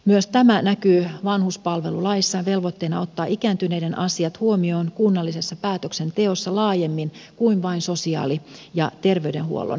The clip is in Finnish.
myös tämä näkyy vanhuspalvelulaissa velvoitteena ottaa ikääntyneiden asiat huomioon kunnallisessa päätöksenteossa laajemmin kuin vain sosiaali ja terveydenhuollon kysymyksinä